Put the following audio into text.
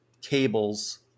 cables